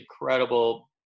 incredible